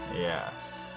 yes